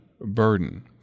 burden